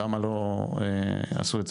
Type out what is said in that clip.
למה לא עשו את זה